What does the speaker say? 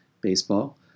baseball